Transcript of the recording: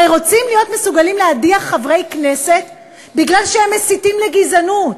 הרי רוצים להיות מסוגלים להדיח חברי כנסת משום שהם מסיתים לגזענות.